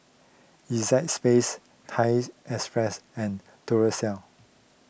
Acexspades Thai Express and Duracell